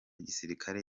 gisirikare